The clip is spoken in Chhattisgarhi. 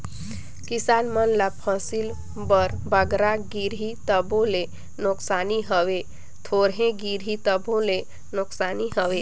किसान मन ल फसिल बर बगरा गिरही तबो ले नोसकानी हवे, थोरहें गिरही तबो ले नोसकानी हवे